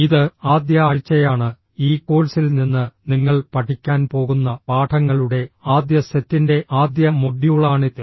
ഇത് ആദ്യ ആഴ്ചയാണ് ഈ കോഴ്സിൽ നിന്ന് നിങ്ങൾ പഠിക്കാൻ പോകുന്ന പാഠങ്ങളുടെ ആദ്യ സെറ്റിന്റെ ആദ്യ മൊഡ്യൂളാണിത്